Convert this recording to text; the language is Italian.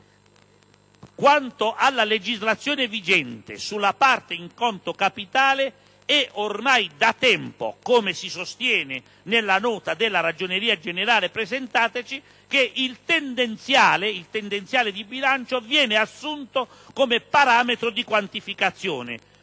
quanto alla legislazione vigente, sulla parte in conto capitale, è ormai da tempo, come si sostiene nella nota della Ragioneria generale presentataci, che il tendenziale di bilancio viene assunto come parametro di quantificazione,